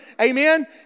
Amen